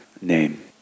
name